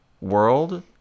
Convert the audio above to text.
world